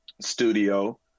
studio